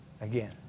again